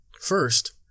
First